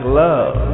love